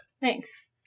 Thanks